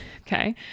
okay